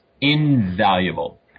invaluable